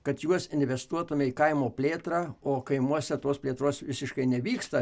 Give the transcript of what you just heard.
kad juos investuotume į kaimo plėtrą o kaimuose tos plėtros visiškai nevyksta